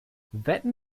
wetten